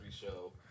Show